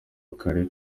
kare